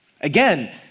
Again